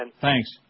thanks